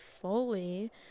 fully